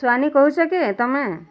ସୁହାନୀ କହୁଛ କି ତମେ